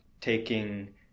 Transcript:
taking